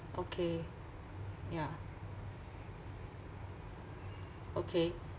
okay ya okay